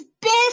best